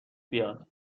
بیاد